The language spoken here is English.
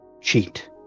cheat